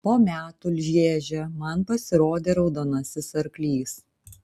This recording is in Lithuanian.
po metų lježe man pasirodė raudonasis arklys